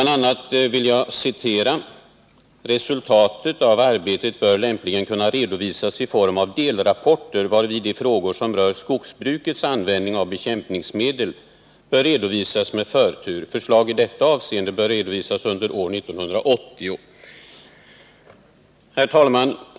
Det heter bl.a.: ”Resultatet av arbetet bör lämpligen kunna redovisas i form av delrapporter, varvid de frågor som rör skogsbrukets användning av bekämpningsmedel bör redovisas med förtur. Förslag i detta avseende bör redovisas under år 1980.” Herr talman!